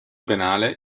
penale